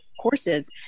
courses